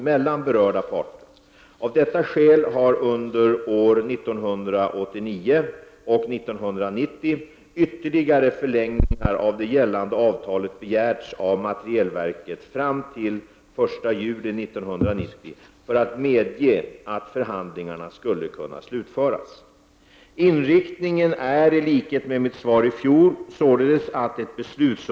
Regeringen kommer därefter att bereda ärendet på sedvanligt sätt.” Blekinge län har vid olika tillfällen blivit lovat 150 milj.kr. till en upprustning av kustbanan.